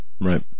Right